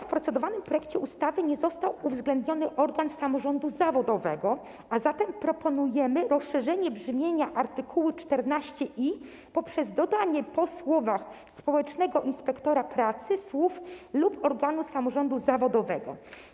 W procedowanym projekcie ustawy nie został uwzględniony organ samorządu zawodowego, a zatem proponujemy rozszerzenie brzmienia art. 14i poprzez dodanie po słowach „społecznego inspektora pracy” słów „lub organu samorządu zawodowego”